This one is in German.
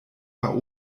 war